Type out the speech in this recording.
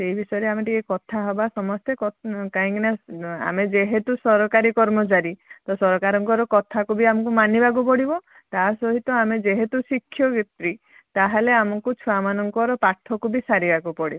ସେଇ ବିଷୟରେ ଆମେ ଟିକିଏ କଥାହେବା ସମସ୍ତେ କାହିଁକିନା ଆମେ ଯେହେତୁ ସରକାରୀ କର୍ମଚାରୀ ତ ସରକାରଙ୍କର କଥାକୁ ବି ଆମକୁ ମାନିବାକୁ ପଡ଼ିବ ତା ସହିତ ଆମେ ଯେହେତୁ ଶିକ୍ଷୟିତ୍ରୀ ତାହେଲେ ଆମକୁ ଛୁଆମାନଙ୍କର ପାଠକୁ ବି ସାରିବାକୁ ପଡ଼ିବ